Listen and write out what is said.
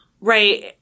Right